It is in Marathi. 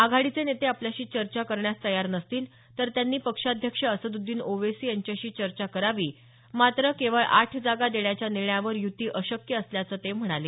आघाडीचे नेते आपल्याशी चर्चा करण्यास तयार नसतील तर त्यांनी पक्षाध्यक्ष असद्दीन ओवैशी यांच्याशी चर्चा करावी मात्र केवळ आठ जागा देण्याच्या निर्णयावर युती अशक्य असल्याचं ते म्हणाले